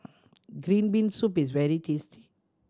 green bean soup is very tasty